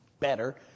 better